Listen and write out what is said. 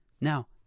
Now